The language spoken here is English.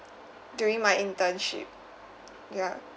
during my internship ya